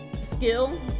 skill